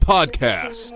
Podcast